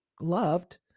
loved